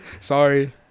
Sorry